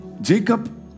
Jacob